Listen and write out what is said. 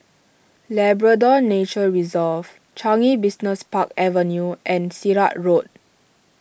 Labrador Nature Reserve Changi Business Park Avenue and Sirat Road